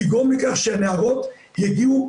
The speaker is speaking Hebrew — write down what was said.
לגרום לכך שהנערות יגיעו,